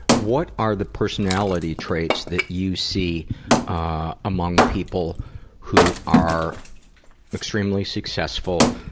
what are the personality traits that you see ah among people who are extremely successful,